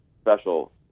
special